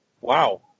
wow